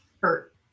hurt